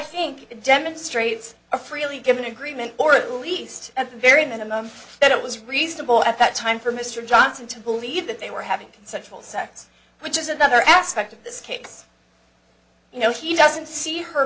think it demonstrates a freely given agreement or at least at the very minimum that it was reasonable at that time for mr johnson to believe that they were having consensual sex which is another aspect of this case you know he doesn't see her